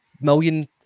million